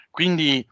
Quindi